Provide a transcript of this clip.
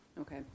Okay